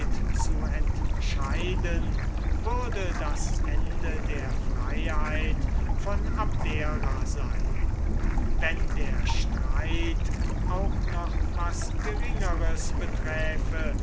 zu entscheiden würde das ende der freiheit von abdera sein wenn der streit auch noch was geringeres beträfe